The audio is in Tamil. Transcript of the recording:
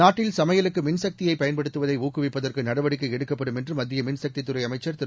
நாட்டில்சமையலுக்குமின்சக்தியைபயன்படுத்துவதைஊக்குவிப்பதற்குநடவடிக் கைஎடுக்கப்படும் என்றுமத்தியமின் சக்தித் துறைஅமைச்சர் திரு